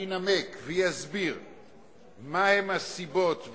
זה זילות,